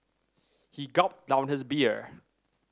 he gulped down his beer